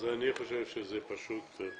אני חושב שזה לא